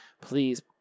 Please